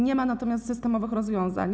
Nie ma natomiast systemowych rozwiązań.